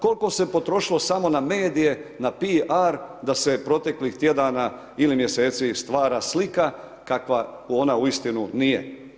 Koliko se potrošila samo na medije na P.R. da se proteklih tjedana ili mjeseci stvara slika kakva ona uistinu nije.